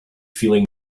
feeling